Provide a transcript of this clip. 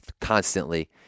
constantly